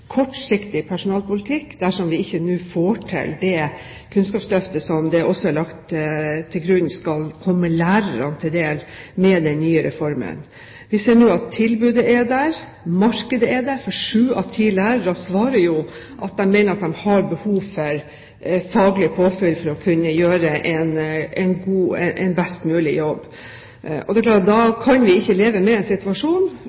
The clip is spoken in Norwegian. kortsiktig personalpolitikk dersom vi nå med den nye reformen ikke får til dette med Kunnskapsløftet, som man har lagt til grunn også skal komme lærerne til del. Vi ser at tilbudet er der, markedet er der, for sju av ti lærere svarer jo at de mener at de har behov for faglig påfyll for å kunne gjøre en best mulig jobb. Det er klart at